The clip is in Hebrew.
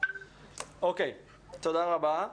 תודה רבה.